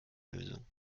lösung